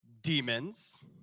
demons